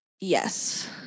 yes